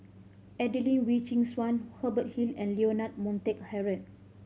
Adelene Wee Chin Suan Hubert Hill and Leonard Montague Harrod